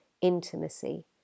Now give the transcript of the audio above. intimacy